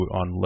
on